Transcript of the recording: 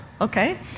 okay